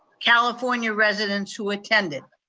california residents who attended.